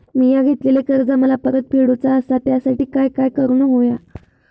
मिया घेतलेले कर्ज मला परत फेडूचा असा त्यासाठी काय काय करून होया?